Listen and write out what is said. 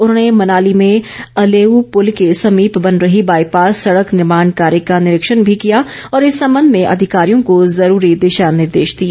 उन्होंने मनाली में अलेऊ पुल के समीप बन रही बाईपास सड़क निर्माण कार्य का निरिक्षण भी किया और इस संबंध मे अधिकारियों को जरूरी दिशा निर्देश दिए